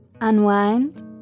Unwind